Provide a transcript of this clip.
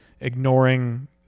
ignoring